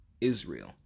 Israel